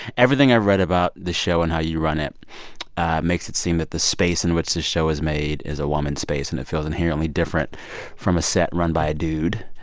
everything i've read about the show and how you run it makes it seem that the space in which the show is made is a woman's space, and it feels inherently different from a set run by a dude